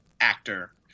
actor